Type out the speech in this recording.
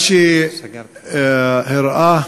מה שהראה